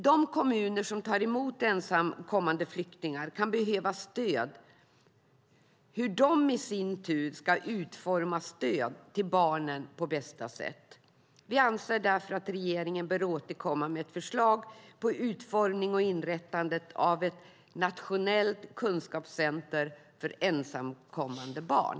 De kommuner som tar emot ensamkommande flyktingbarn kan behöva stöd när det gäller hur de i sin tur ska utforma stöd till barnen på bästa sätt. Vi anser därför att regeringen bör återkomma med ett förslag på utformning och inrättandet av ett nationellt kunskapscentrum för ensamkommande barn.